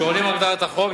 "שעונים על הגדרת החוק,